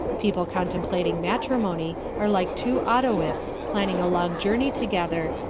people contemplating matrimony are like two autoists planning a long journey together,